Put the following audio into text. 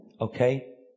okay